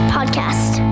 Podcast